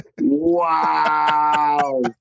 Wow